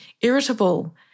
irritable